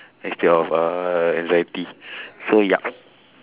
instead of uh anxiety so ya